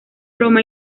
roma